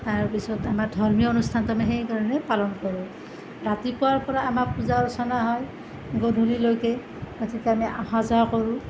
তাৰপিছত আমাৰ ধৰ্মীয় অনুষ্ঠানটো আমি সেই ধৰণেই পালন কৰোঁ ৰাতিপুৱাৰ পৰা আমাৰ পূজা অৰ্চনা হয় গধূলিলৈকে গতিকে আমি অহা যোৱা কৰোঁ